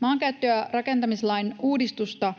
Maankäyttö- ja rakentamislain uudistusta